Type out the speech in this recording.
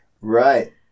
Right